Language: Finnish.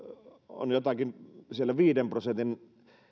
on jotakin siellä viiden prosentin